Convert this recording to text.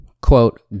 quote